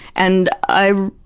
and i,